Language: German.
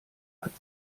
hat